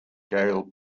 gail